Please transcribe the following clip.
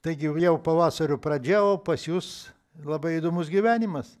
taigi jau pavasario pradžia o pas jus labai įdomus gyvenimas